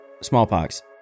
Smallpox